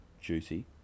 juicy